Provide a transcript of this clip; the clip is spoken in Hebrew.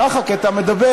ככה, כי אתה מדבר.